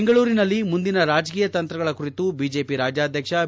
ಬೆಂಗಳೂರಿನಲ್ಲಿ ಮುಂದಿನ ರಾಜಕೀಯ ತಂತ್ರಗಳ ಕುರಿತು ಬಿಜೆಪಿ ರಾಜ್ಯಾಧ್ಯಕ್ಷ ಬಿ